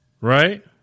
Right